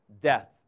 death